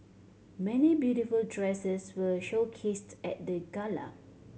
many beautiful dresses were showcased at the gala